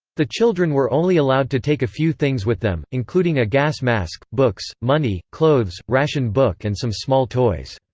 the children were only allowed to take a few things with them, including a gas mask, books, money, clothes, ration book and some small toys.